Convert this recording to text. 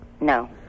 No